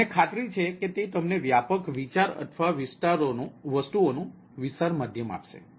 તેથી મને ખાતરી છે કે તે તમને વ્યાપક વિચારઅથવા વસ્તુઓનું વિશાળ માધ્યમ આપશે